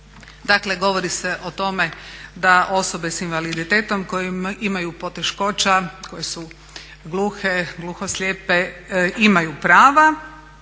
Dakle govori se o tome da osobe s invaliditetom koje imaju poteškoća, koje su gluhe, gluhoslijepe imaju prava,